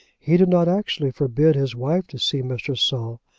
he did not actually forbid his wife to see mr. saul,